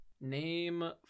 Name